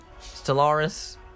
Stellaris